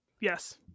yes